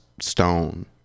stone